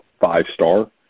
five-star